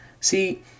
See